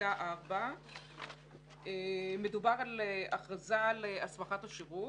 פסקה 4. מדובר על הכרזה על הסמכת השירות,